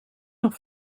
nog